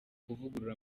kuvugurura